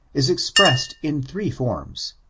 is expressed in three forms,